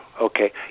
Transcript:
Okay